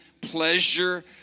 pleasure